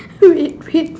wait wait